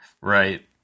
right